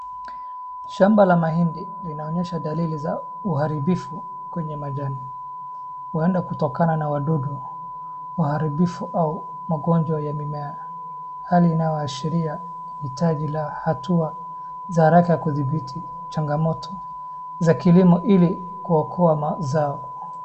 Shamba la mahindi linaonyesha dalili za uharibifu kwenye majani huenda kutokana na wadudu waharibifu au magonjwa ya mimea hali inayoashiria hitaji la hatua za haraka kudhibiti changamoto za kilimo ili kuokoa mazao.